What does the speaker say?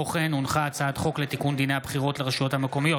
הצעת חוק לתיקון דיני הבחירות לרשויות המקומיות,